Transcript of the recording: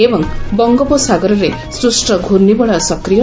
ଏବଂ ବଙ୍ଗୋପସାଗରରେ ସୃଷ୍ ଘୃଶ୍ଚିବଳୟ ସକ୍ରିୟ